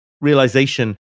realization